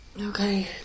Okay